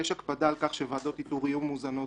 יש הקפדה על כך שוועדות איתור יהיו מאוזנות,